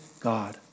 God